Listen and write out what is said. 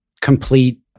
complete